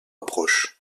approche